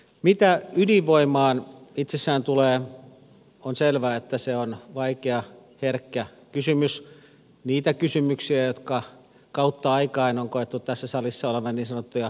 mitä ydinvoimaan itsessään tulee on selvää että se on vaikea herkkä kysymys niitä kysymyksiä jotka kautta aikain on koettu tässä salissa olevan niin sanottuja omantunnon kysymyksiä